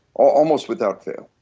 almost without fail.